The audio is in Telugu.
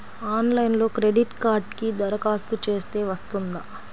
ఆన్లైన్లో క్రెడిట్ కార్డ్కి దరఖాస్తు చేస్తే వస్తుందా?